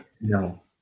No